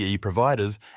providers